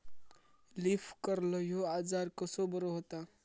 Leaf curl ह्यो आजार कसो बरो व्हता?